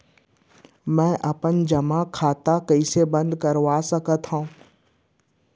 मै अपन जेमा खाता कइसे बन्द कर सकत हओं?